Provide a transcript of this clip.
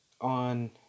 on